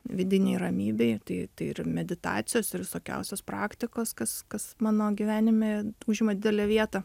vidinei ramybei tai tai ir meditacijos ir visokiausios praktikos kas kas mano gyvenime užima didelę vietą